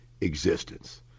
existence